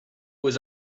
was